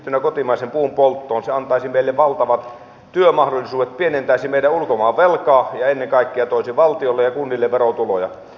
yhdistettynä kotimaisen puun polttoon se antaisi meille valtavat työmahdollisuudet pienentäisi meidän ulkomaan velkaa ja ennen kaikkea toisi valtiolle ja kunnille verotuloja